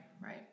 right